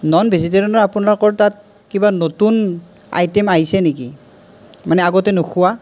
non ভেজিটেৰিয়েনৰ আপোনালোকৰ তাত কিবা নতুন আইটেম আহিছে নেকি মানে আগতে নোখোৱা